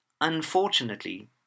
Unfortunately